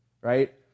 right